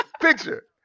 picture